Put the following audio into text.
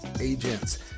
agents